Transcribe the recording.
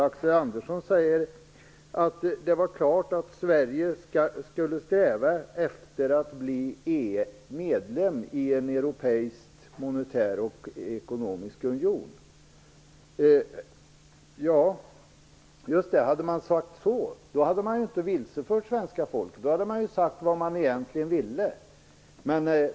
Axel Andersson säger att det var klart att Sverige skulle sträva efter att bli medlem i en europeisk ekonomisk och monetär union. Hade man sagt så hade man inte vilsefört svenska folket. Då hade man sagt vad man egentligen ville.